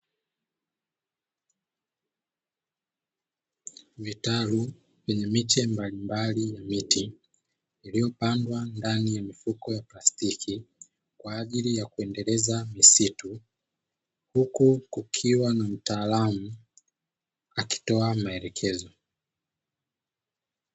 Vitalu venye miche mbalimbali ya miti ilivyopandwa ndani ya mifuko ya plastiki kwa ajili ya kuendeleza misitu, huku kukiwa na mtaalamu akitoa maelekezo.